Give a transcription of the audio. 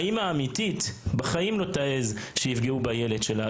האם האמיתית בחיים לא תעז לפגוע בילד שלה.